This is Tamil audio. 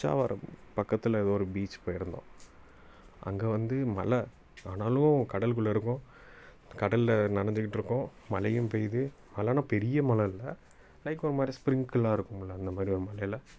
பிச்சாவரம் பக்கத்தில் ஒரு பீச் போயிருந்தோம் அங்கே வந்து மழை ஆனாலும் கடலுக்குள்ளே இருக்கோம் கடலில் நனைஞ்சிக்கிட்டு இருக்கோம் மழையும் பெய்யுது மழைனா பெரிய மழை இல்லை லைக் ஒரு மாதிரி ஸ்ப்ரிங்க்குலாக இருக்கும்லே அந்த மாதிரி ஒரு மழையில